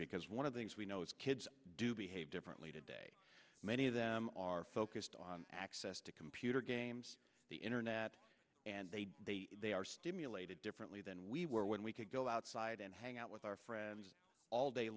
because one of the things we know is kids do behave differently today many of them are focused on access to computer games the inner and they do they are stimulated differently than we were when we could go outside and hang out with our friends all day